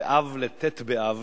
באב לט' באב,